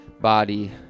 body